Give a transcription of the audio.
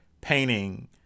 painting